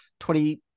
20%